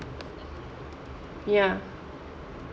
ya